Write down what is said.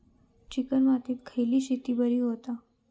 Chicken मातीत खयली शेती बरी होता?